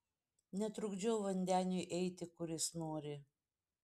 netrukdžiau vandeniui eiti kur jis nori